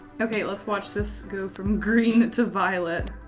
okay, let's watch this go from green to violet.